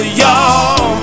y'all